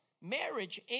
Marriage